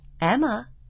Emma